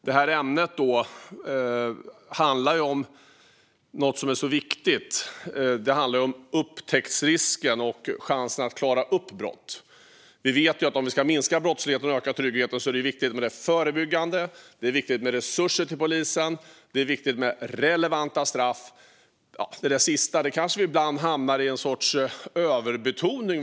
Det här ämnet handlar också om något så viktigt som upptäcktsrisken och chansen att klara upp brott. Om vi ska minska brottsligheten och öka tryggheten är det viktigt med förebyggande arbete, resurser till polisen och relevanta straff. Angående det där sista kanske vi ibland hamnar i en sorts överbetoning.